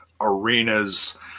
arenas